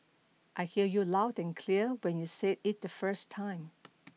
I heard you loud and clear when you said it the first time